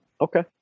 Okay